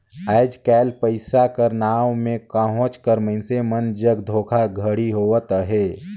आएज काएल पइसा कर नांव में कहोंच कर मइनसे मन जग धोखाघड़ी होवत अहे